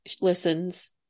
listens